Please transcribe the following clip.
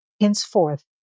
Henceforth